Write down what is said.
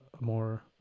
more